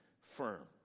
firm